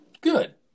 Good